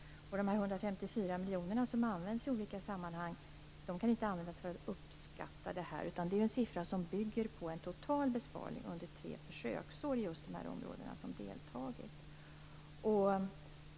De 154 miljoner som används i olika sammanhang kan inte användas för att uppskatta det här, utan det är en summa som bygger på en total besparing under tre försöksår i just de områden som har deltagit.